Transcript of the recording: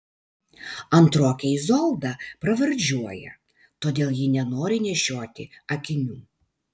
antrokę izoldą pravardžiuoja todėl ji nenori nešioti akinių